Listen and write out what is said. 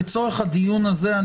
לצורך הדיון הזה,